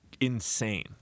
insane